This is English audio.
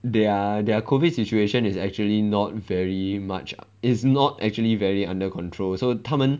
their their COVID situation is actually not very much is not actually very under control so 他们